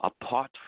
apart